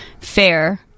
fair